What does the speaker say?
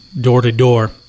door-to-door